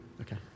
Okay